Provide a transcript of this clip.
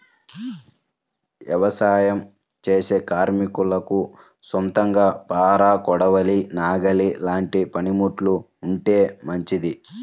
యవసాయం చేసే కార్మికులకు సొంతంగా పార, కొడవలి, నాగలి లాంటి పనిముట్లు ఉంటే మంచిది